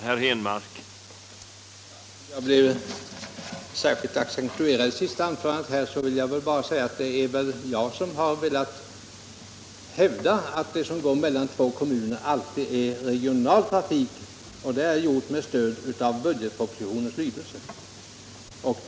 Herr talman! Eftersom jag blev särskilt apostroferad i det senaste anförandet vill jag påpeka att när jag hävdat att trafik som går mellan två kommuner alltid är regional trafik har jag gjort det med stöd av budgetpropositionens lydelse härvidlag.